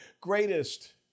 greatest